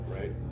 right